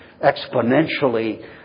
exponentially